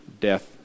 death